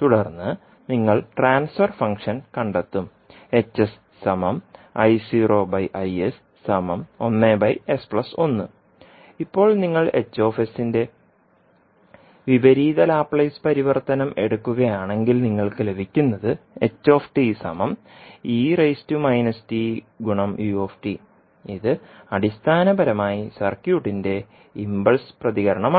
തുടർന്ന് നിങ്ങൾ transfer function കണ്ടെത്തും ഇപ്പോൾ നിങ്ങൾ Hന്റെ വിപരീത ലാപ്ലേസ് പരിവർത്തനം എടുക്കുകയാണെങ്കിൽ നിങ്ങൾക്ക് ലഭിക്കുന്നത് ഇത് അടിസ്ഥാനപരമായി സർക്യൂട്ടിന്റെ ഇംപൾസ് പ്രതികരണമാണ്